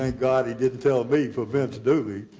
ah god he didn't tell me for vince dooley